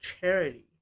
charity